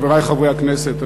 חברי חברי הכנסת,